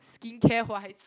skincare wise